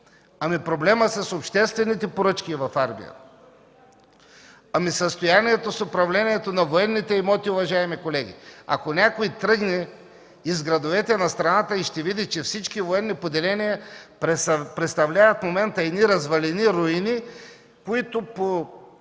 Ами проблемът с обществените поръчки в армията?! Ами състоянието с управлението на военните имоти, уважаеми колеги?! Ако някой тръгне из градовете на страната, ще види, че всички военни поделения в момента представляват развалини, руини, които по